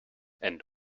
and